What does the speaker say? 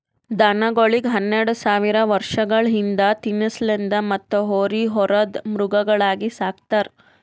ದನಗೋಳಿಗ್ ಹನ್ನೆರಡ ಸಾವಿರ್ ವರ್ಷಗಳ ಹಿಂದ ತಿನಸಲೆಂದ್ ಮತ್ತ್ ಹೋರಿ ಹೊರದ್ ಮೃಗಗಳಾಗಿ ಸಕ್ತಾರ್